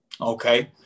Okay